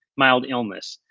mild illness.